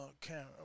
camera